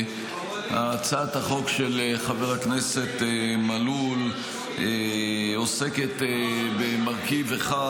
הצעת החוק של חבר הכנסת מלול עוסקת במרכיב אחד